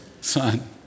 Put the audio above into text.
son